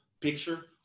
picture